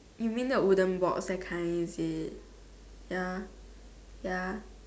you mean the wooden box that kind is it ya ya